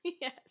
Yes